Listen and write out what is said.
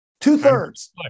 Two-thirds